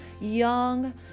young